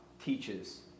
teaches